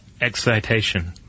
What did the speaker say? excitation